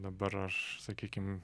dabar aš sakykim